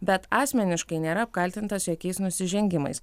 bet asmeniškai nėra apkaltintas jokiais nusižengimais